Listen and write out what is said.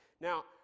Now